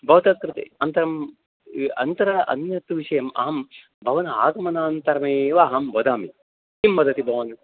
भवतः कृते अन्तरं अन्तर अन्यत् विषयम् अहं भवान् आगमनान्तरमेव अहं वदामि किं वदति भवान्